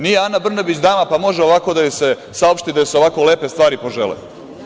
Nije Ana Brnabić dama, pa može ovako da joj se saopšti, da joj se ovako lepe stvari poželi.